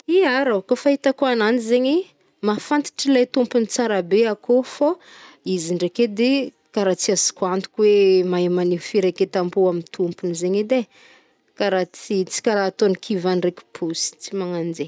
Hia rô! kô fahitako ananjy zegny, mahfanttra lay tompony tsara be akôh fô, izy ndraiky edy kara tsy azoko antok hoe- mahay maneh firaiketam-po amin'ny tompony zaingy edy e. Kara tsy- tsy kara ataony kivà ndraiky posy, tsy manan zay.